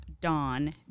Dawn